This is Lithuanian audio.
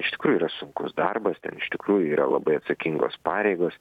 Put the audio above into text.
iš tikrųjų yra sunkus darbas ten iš tikrųjų yra labai atsakingos pareigos